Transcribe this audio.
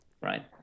Right